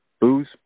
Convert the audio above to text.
booze